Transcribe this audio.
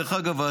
דרך אגב,